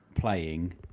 playing